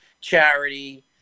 charity